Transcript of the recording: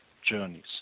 journeys